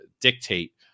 dictate